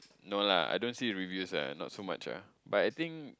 no lah I don't see review ah not so much ah but I think